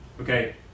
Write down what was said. Okay